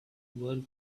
were